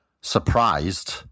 surprised